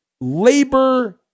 labor